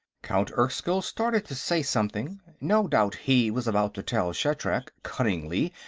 count erskyll started to say something. no doubt he was about to tell shatrak, cuttingly,